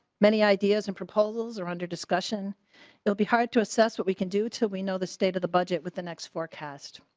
many ideas and proposals are under discussion it will be hard to assess what we can do to we know the state of the budget with the next forecast.